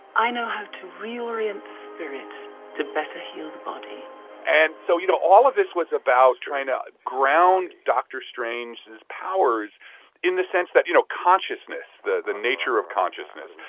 i know how to reorient the spirit to better heal the body and so, you know, all of this was about trying to ground dr. strange's powers in the sense that, you know, consciousness, the the nature of consciousness,